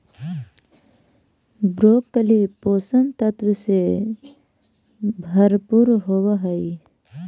broccoli पोषक तत्व से भरपूर होवऽ हइ